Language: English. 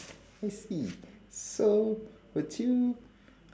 I see so would you